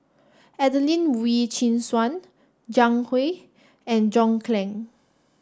Adelene Wee Chin Suan Zhang Hui and John Clang